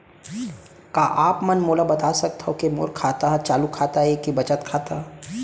का आप मन मोला बता सकथव के मोर खाता ह चालू खाता ये के बचत खाता?